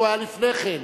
הוא היה לפני כן.